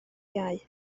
iau